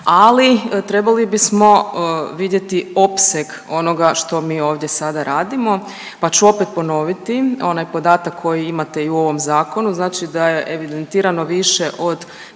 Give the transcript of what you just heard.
ali trebali bismo vidjeti opseg onoga što mi ovdje sada radimo, pa ću opet ponoviti onaj podatak koji imate i u ovom zakonu znači da je evidentirano više od